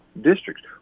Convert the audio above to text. districts